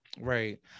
Right